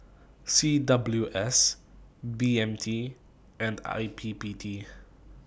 C W S B M T and I P P T